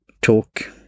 talk